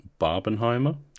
Barbenheimer